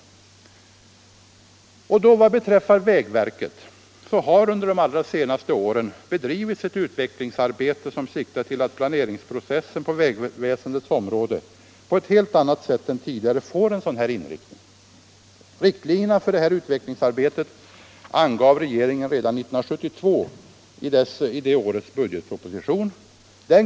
Vad beträffar vägverket har under de allra senaste åren bedrivits ett utvecklingsarbete som siktar till att planeringsprocessen på vägväsendets område på ett helt annat sätt än tidigare får en sådan inriktning. Riktlinjerna för detta utvecklingsarbete angav regeringen redan i 1972 års budgetproposition.